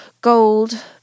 Gold